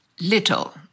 little